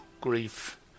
grief